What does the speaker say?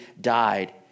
died